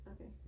Okay